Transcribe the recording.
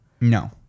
No